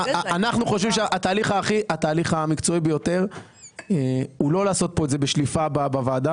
אנחנו חושבים שהתהליך המקצועי ביותר הוא לא לעשות את זה בשליפה בוועדה.